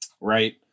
right